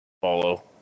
follow